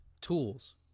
tools